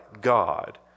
God